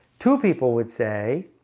two people would say